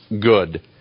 good